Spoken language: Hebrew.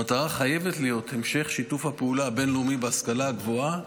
המטרה חייבת להיות המשך שיתוף הפעולה הבין-לאומי בהשכלה הגבוהה,